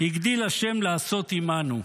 "הגדיל ה' לעשות עמנו"